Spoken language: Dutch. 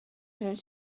zijn